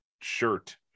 shirt